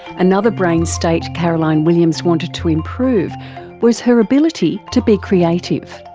another brain state caroline williams wanted to improve was her ability to be creative.